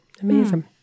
Amazing